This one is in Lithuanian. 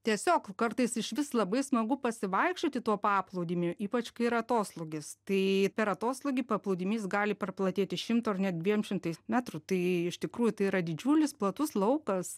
tiesiog kartais iš vis labai smagu pasivaikščioti tuo paplūdimiu ypač kai yra atoslūgis tai per atoslūgį paplūdimys gali praplatėti šimtu ar net dviem šimtais metrų tai iš tikrųjų tai yra didžiulis platus laukas